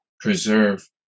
preserve